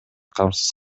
камсыз